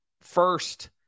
first